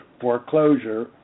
foreclosure